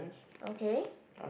okay